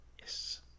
Yes